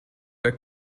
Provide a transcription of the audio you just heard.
der